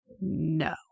No